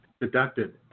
deducted